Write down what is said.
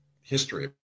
history